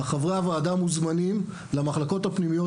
חברי הוועדה מוזמנים למחלקות הפנימיות,